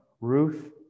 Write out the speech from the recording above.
Ruth